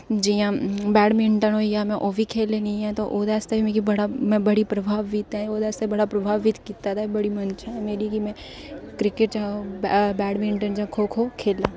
जि'यां बैड़मिंटन होई गेआओह्बी खेढनीं ते ओह्दे आस्तै बी में बड़ी प्रभावित होई दी ऐ ओह्दे आस्तै बी बड़ा प्रभावित कीता बड़ी मंशा ही मेरी में किरकिट जां बेड़मिंटन जां खो खो खेढां